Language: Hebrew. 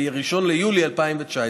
ב-1 ביולי 2019,